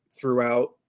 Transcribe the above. throughout